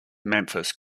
memphis